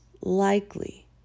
likely